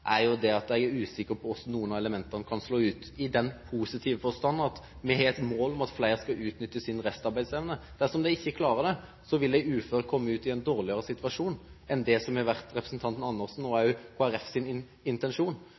at jeg er usikker på hvordan noen av elementene kan slå ut, i den positive forstand at vi har et mål om at flere skal utnytte sin restarbeidsevne. Dersom de ikke klarer det, vil de uføre komme i en dårligere situasjon enn det som har vært representanten Andersens, og også Kristelig Folkepartis, intensjon.